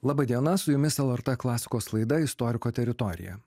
laba diena su jumis lrt klasikos laida istoriko teritorija